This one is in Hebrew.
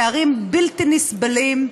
פערים בלתי נסבלים,